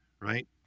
Right